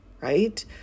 right